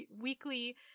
weekly